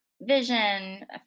vision